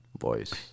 voice